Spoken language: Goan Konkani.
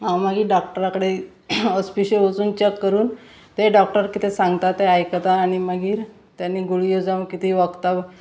हांव मागीर डॉक्टरा कडे होसपिश्यो वचून चॅक करून ते डॉक्टर कितें सांगता तें आयकतां आनी मागीर ताणी गुळ्यो जावं कितें वखदां